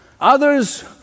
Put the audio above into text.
Others